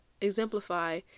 exemplify